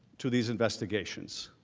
to these investigations.